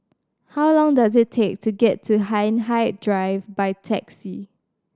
how long does it take to get to Hindhede Drive by taxi